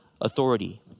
authority